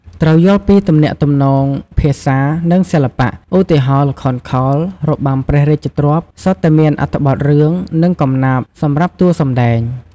ត្រូវយល់ពីទំនាក់ទំនងភាសា និងសិល្បៈ ឧទាហរណ៍ ល្ខោនខោល របាំព្រះរាជទ្រព្យ សុទ្ធតែមានអត្ថបទរឿង និងកំណាព្យសម្រាប់តួសម្ដែង។